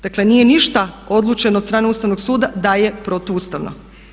Dakle nije ništa odlučeno od strane Ustavnog suda da je protuustavno.